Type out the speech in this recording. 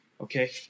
Okay